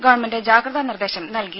government ജാഗ്രതാ നിർദ്ദേശം നൽകി